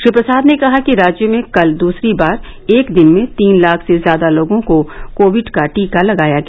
श्री प्रसाद ने कहा कि राज्य में कल दूसरी बार एक दिन में तीन लाख से ज्यादा लोगों को कोविड का टीका लगाया गया